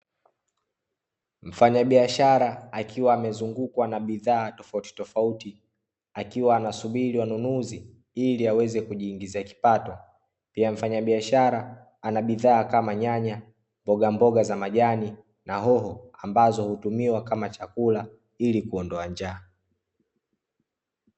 Mfanyabiashara akiwa amezungukwa na bidhaa tofauti tofauti, akiwa anasubiri wanunuzi ili aweze kujiingizia kipato. Pia mfanyabiashara ana bidhaa kama; nyanya, mbogamboga za majani na hoho, ambazo hutumiwa kama chakula ili kuondoa njaa.